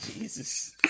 Jesus